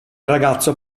ragazzo